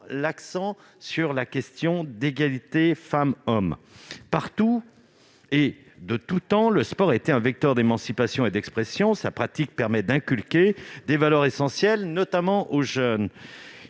l'accent sur la question de l'égalité entre les femmes et les hommes. Partout et de tout temps, le sport est un vecteur d'émancipation et d'expression. Sa pratique permet d'inculquer des valeurs essentielles, notamment aux jeunes.